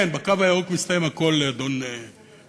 כן, בקו הירוק מסתיים הכול, אדון סמוטריץ.